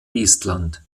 estland